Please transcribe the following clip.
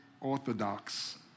orthodox